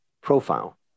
Profile